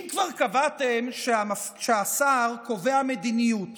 אם כבר קבעתם שהשר קובע מדיניות,